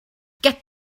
get